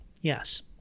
yes